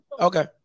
Okay